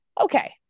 okay